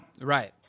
Right